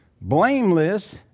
blameless